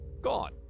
gone